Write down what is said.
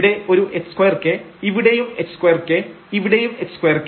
ഇവിടെ ഒരു h2k ഇവിടെയും h2k ഇവിടെയും h2k